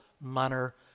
manner